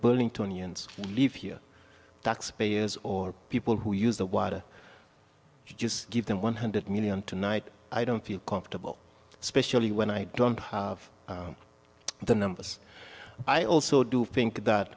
burning to onions live here taxpayers or people who use the water just give them one hundred million tonight i don't feel comfortable especially when i don't have the numbers i also do think that